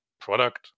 product